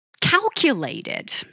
calculated